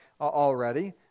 already